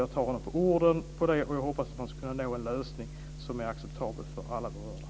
Jag tar honom på orden, och jag hoppas att man ska kunna nå en lösning som är acceptabel för alla berörda.